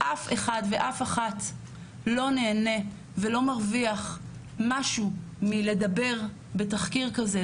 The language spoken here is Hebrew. אף אחד ואף אחת לא נהנה ולא מרוויח משהו מלדבר בתחקיר כזה.